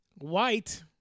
White